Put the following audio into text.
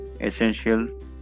essential